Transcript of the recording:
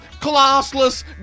classless